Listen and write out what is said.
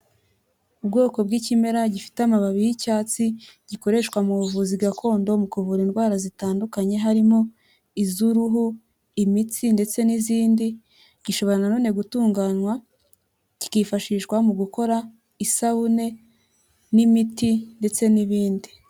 Ubwoko bw'ikimera gifite amababi y'icyatsi, gikoreshwa mu buvuzi gakondo mu kuvura indwara zitandukanye, harimo iz'uruhu, imitsi ndetse n'izindi, gishobora na none gutunganywa kikifashishwa mu gukora isabune n'imiti ndetse n'ibindi.